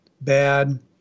bad